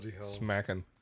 Smacking